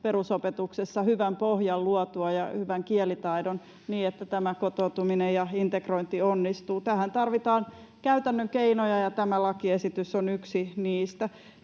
perusopetuksessa luotua hyvän pohjan ja hyvän kielitaidon niin, että tämä kotoutuminen ja integrointi onnistuu. Tähän tarvitaan käytännön keinoja, ja tämä lakiesitys on yksi niistä.